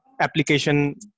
application